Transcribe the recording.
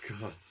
God